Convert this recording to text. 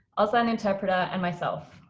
auslan interpreter and myself.